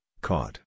caught